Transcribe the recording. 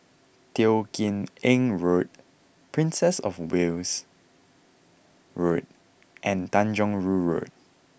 Teo Kim Eng Road Princess Of Wales Road and Tanjong Rhu Road